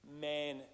man